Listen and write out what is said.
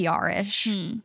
PR-ish